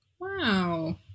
Wow